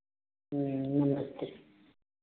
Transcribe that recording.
नमस्ते